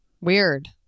Weird